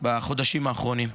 בחודשים האחרונים.